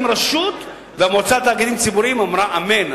רשות והמועצה לתאגידים ציבוריים אמרה: אמן,